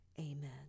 Amen